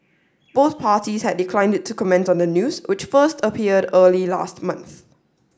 both parties had declined to comment on the news which first appeared early last month